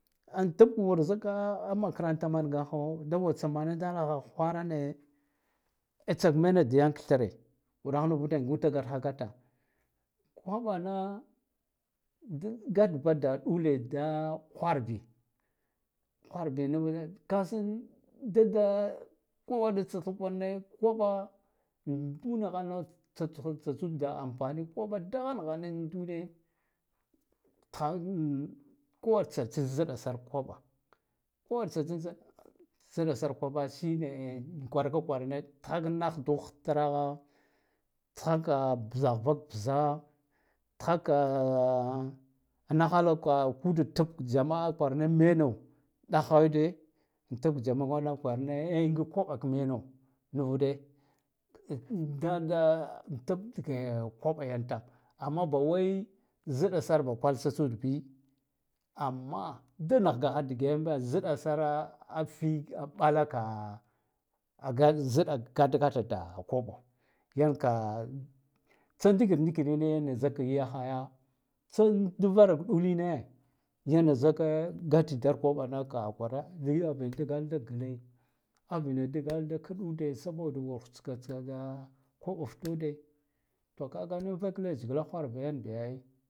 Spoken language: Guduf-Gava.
An tab war zaka a makaranta mangaha da wtsamana daha hwara ne a tsak mena da yank thre uɗah nivude ngude gatha gata koɓana gat ba ɗule da hwar bi hwarbi nivude kasan di da koware tsatsa kwarane koɓa ina ha tsa tsuda ampani koɓa dahanhane dune tha un kowa tsa tsin zda zda sar koɓa shine kwarga kwarane thanah du traha tsha ka bzahubza tha ka a an nahalaka ude tab ka jamas kwarna meno dahha yude an tab ka jamaa kwarane an ngig koɓa ka mena nivude dada tab da koba yan tam amma bawai zɗa sar ba kwal tsa tsud bi amma da nah gaha dage ambe zada sara ati bala ka ga zada gata gafad, koɓa yanka tsa ndikira ndikirine ya zak haya tsak dvara ɗuline zai zakk gat kobanaka kwara zaya yagina dgala da gle avina dgala da kɗude saboda hwatska tsada koɓa ftude kagani vak tesh gla hwar ba yan bi ai.